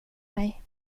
mig